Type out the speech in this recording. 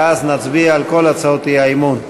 ואז נצביע על כל הצעות האי-אמון.